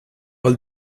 all